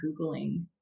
Googling